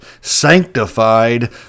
sanctified